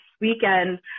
weekend